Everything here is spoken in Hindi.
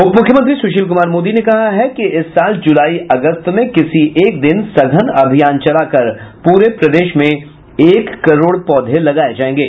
उप मुख्यमंत्री सुशील कुमार मोदी ने कहा कि इस साल जुलाई अगस्त में किसी एक दिन सघन अभियान चलाकर प्रे प्रदेश में एक करोड़ पौधे लगाये जायेंगे